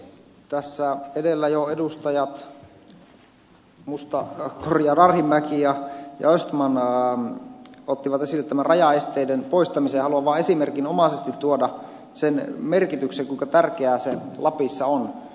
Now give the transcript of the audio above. tässä edellä jo edustajat arhinmäki ja östman ottivat esille tämän rajaesteiden poistamisen ja haluan vaan esimerkinomaisesti tuoda esiin sen merkityksen kuinka tärkeää se lapissa on